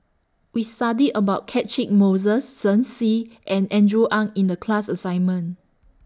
We studied about Catchick Moses Shen Xi and Andrew Ang in The class assignment